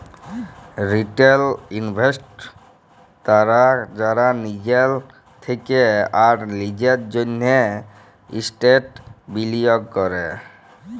retail investors তারা যারা লিজের থেক্যে আর লিজের জন্হে এসেটস বিলিয়গ ক্যরে